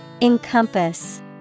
Encompass